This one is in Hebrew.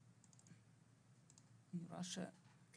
אני רוצה להגיד